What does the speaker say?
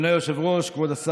בבקשה, גברתי.